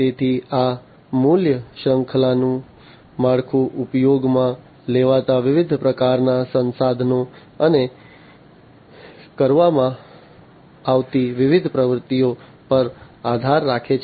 તેથી આ મૂલ્ય શૃંખલાનું માળખું ઉપયોગમાં લેવાતા વિવિધ પ્રકારના સંસાધનો અને કરવામાં આવતી વિવિધ પ્રવૃત્તિઓ પર આધાર રાખે છે